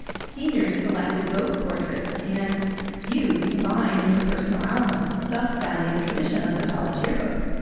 seniors selected both portraits and views to bind into personal albums, thus founding the tradition of the college yearbook.